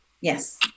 Yes